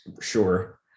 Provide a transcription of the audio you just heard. Sure